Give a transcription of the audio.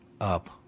up